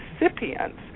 recipients